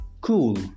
cool